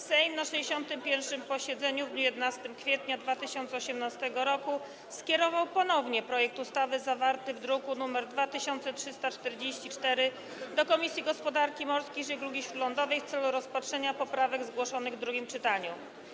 Sejm na 61. posiedzeniu w dniu 11 kwietnia 2018 r. skierował ponownie projekt ustawy zawarty w druku nr 2344 do Komisji Gospodarki Morskiej i Żeglugi Śródlądowej w celu rozpatrzenia poprawek zgłoszonych w drugim czytaniu.